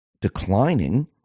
declining